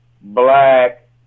black